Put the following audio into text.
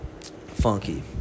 funky